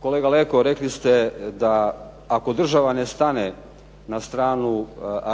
Kolega Leko, rekli ste da ako država ne stane na stranu